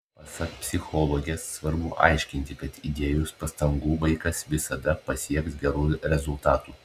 pasak psichologės svarbu aiškinti kad įdėjus pastangų vaikas visada pasieks gerų rezultatų